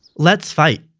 let's fight,